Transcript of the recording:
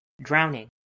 drowning